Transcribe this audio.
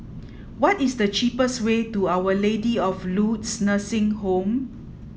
what is the cheapest way to Our Lady of Lourdes Nursing Home